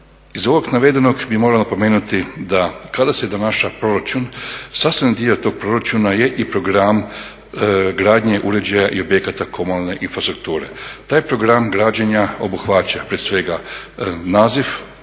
Iz ovog navedenog bi morao napomenuti da kada se donaša proračun sastavni dio tog proračuna je i program gradnje, uređaja objekata komunalne infrastrukture. Taj program građenja obuhvaća prije svega naziv